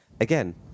Again